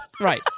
Right